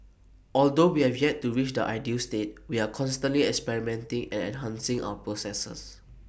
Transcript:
although we have yet to reach the ideal state we are constantly experimenting and enhancing our processes